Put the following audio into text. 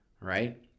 Right